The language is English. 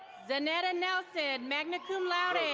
zenetta nelson, magna cum laude.